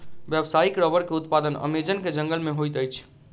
व्यावसायिक रबड़ के उत्पादन अमेज़न के जंगल में होइत अछि